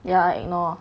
ya I ignore